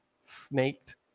snaked